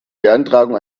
beantragung